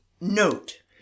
note